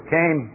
came